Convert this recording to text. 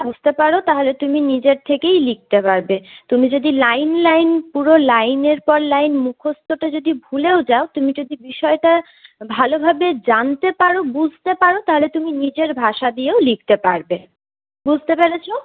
বুঝতে পারো তাহলে তুমি নিজের থেকেই লিখতে পারবে তুমি যদি লাইন লাইন পুরো লাইনের পর লাইন মুখস্তটা যদি ভুলেও যাও তুমি যদি বিষয়টা ভালোভাবে জানতে পারো বুঝতে পারো তাহলে তুমি নিজের ভাষা দিয়েও লিখতে পারবে বুঝতে পেরেছো